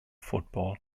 football